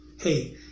Hey